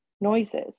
noises